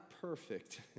perfect